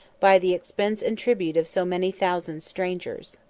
by the expense and tribute of so many thousand strangers.